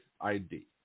ID